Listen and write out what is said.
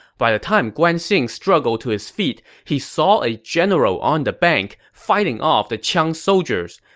by the time guan xing struggled to his feet, he saw a general on the bank, fighting off the qiang soldiers.